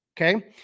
Okay